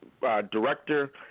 director